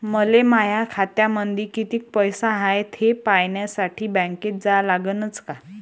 मले माया खात्यामंदी कितीक पैसा हाय थे पायन्यासाठी बँकेत जा लागनच का?